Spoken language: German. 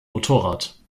motorrad